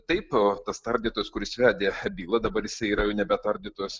taip tas tardytojas kuris vedė bylą dabar jisai yra jau nebe tardytojas